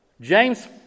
James